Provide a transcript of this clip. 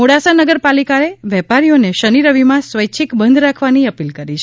મોડાસા નગરપાલિકાએ વેપારીઓને શનિ રવિમાં સ્વૈચ્છિક બંધ રાખવાની અપીલ કરી છે